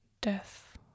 death